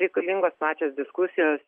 reikalingos plačios diskusijos